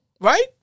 Right